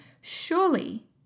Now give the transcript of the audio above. surely